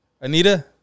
Anita